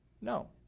No